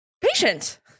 patient